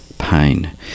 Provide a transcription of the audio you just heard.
pain